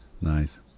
Nice